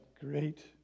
Great